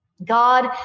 God